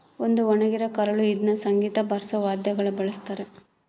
ಒಂದು ಒಣಗಿರ ಕರಳು ಇದ್ನ ಸಂಗೀತ ಬಾರ್ಸೋ ವಾದ್ಯಗುಳ ಬಳಸ್ತಾರ